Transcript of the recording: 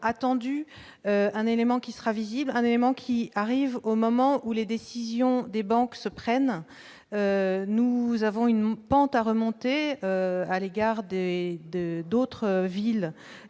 attendu un élément qui sera visible, un élément qui arrive au moment où les décisions des banques se prennent, nous avons une pente à remonter à l'égard de et de d'autres villes